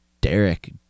Derek